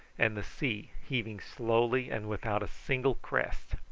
and the sea heaving slowly and without a single crest.